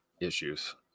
issues